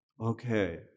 okay